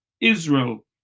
Israel